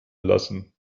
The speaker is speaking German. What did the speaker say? lassen